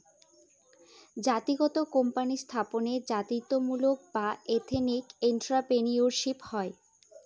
জাতিগত কোম্পানি স্থাপনে জাতিত্বমূলক বা এথেনিক এন্ট্রাপ্রেনিউরশিপ হয়